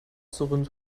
surrend